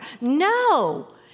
No